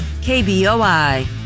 KBOI